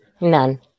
None